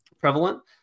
prevalent